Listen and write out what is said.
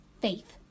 faith